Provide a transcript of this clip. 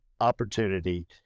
opportunity